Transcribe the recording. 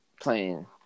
playing